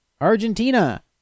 Argentina